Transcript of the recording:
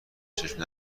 چشم